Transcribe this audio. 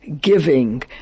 giving